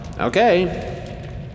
okay